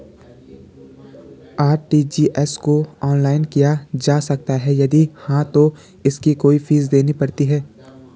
RTGS को online किया जा सकता है यदि हाँ तो इसकी कोई फीस देनी पड़ती है?